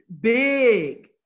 big